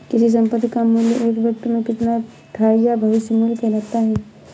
किसी संपत्ति का मूल्य एक वक़्त में कितना था यह भविष्य मूल्य कहलाता है